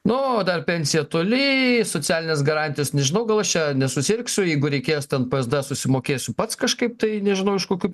nu dar pensija toli socialinės garantijos nežinau gal aš čia nesusirgsiu jeigu reikės ten psd susimokėsiu pats kažkaip tai nežinau iš kokių